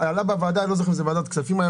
עלה בוועדה לא זוכר אם זה ועדת כספים או